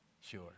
Sure